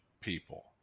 people